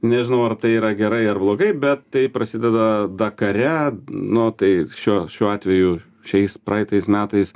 nežinau ar tai yra gerai ar blogai bet tai prasideda dakare nu tai šiuo šiuo atveju šiais praeitais metais